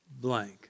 blank